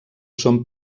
són